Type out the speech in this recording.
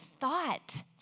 thought